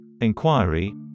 Inquiry